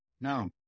No